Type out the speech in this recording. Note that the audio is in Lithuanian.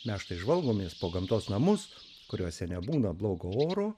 na štai žvalgomės po gamtos namus kuriuose nebūna blogo oro